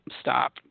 stop